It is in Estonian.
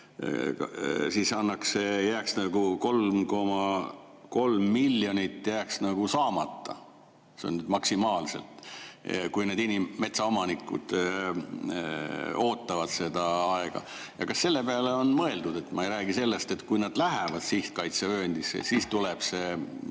siis jääks nagu 3,3 miljonit saamata, maksimaalselt, kui need metsaomanikud ootavad seda aega. Kas selle peale on mõeldud? Ma ei räägi sellest, et kui nad lähevad sihtkaitsevööndisse, siis tuleb see